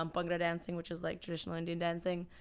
um bhangra dancing which is like traditional indian dancing.